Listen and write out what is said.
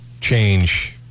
change